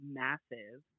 massive